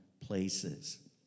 places